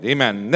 Amen